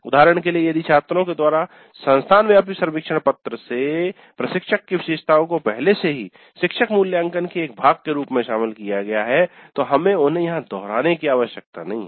उदाहरण के लिए यदि छात्रों के द्वारा संस्थान व्यापी सर्वेक्षण प्रपत्र से प्रशिक्षक की विशेषताओं को पहले से ही "शिक्षक मूल्यांकन" के एक भाग के रूप में शामिल किया गया है तो हमें उन्हें यहां दोहराने की आवश्यकता नहीं है